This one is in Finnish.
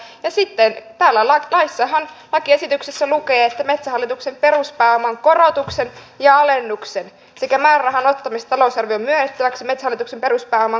ja sitten täällä lakiesityksessä lukee että eduskunta päättää metsähallituksen peruspääoman korotuksesta ja alennuksesta sekä määrärahan ottamisesta talousarvioon myönnettäväksi metsähallituksen peruspääoman korottamiseen